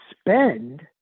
spend